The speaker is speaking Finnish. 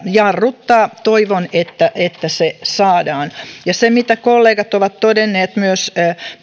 jarruttaa toivon että se saadaan siinä mitä kollegat ovat todenneet myös